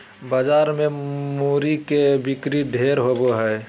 बाजार मे मूरी के बिक्री ढेर होवो हय